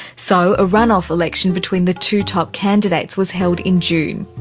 so a run-off election between the two top candidates was held in june.